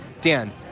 Dan